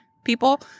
people